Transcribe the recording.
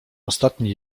ostatni